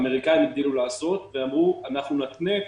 האמריקאים הגדילו לעשות ואמרו: אנחנו נתנה את